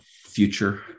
future